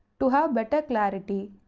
to have better clarity,